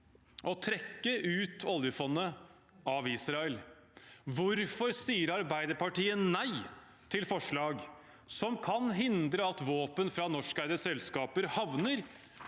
å trekke oljefondet ut av Israel? Hvorfor sier Arbeiderpartiet nei til forslag som kan hindre at våpen fra norskeide selskaper havner